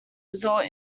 result